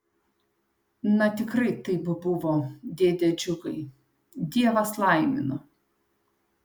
na tikrai taip buvo dėde džiugai dievas laimino